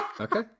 Okay